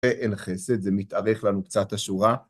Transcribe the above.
אין חסד, זה מתארך לנו קצת השורה.